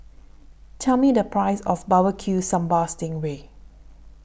Tell Me The Price of Barbecue Sambal Sting Ray